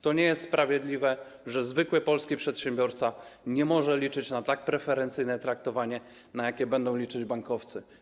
To nie jest sprawiedliwe, że zwykły przedsiębiorca nie może liczyć na tak preferencyjne traktowanie, na jakie będą liczyć bankowcy.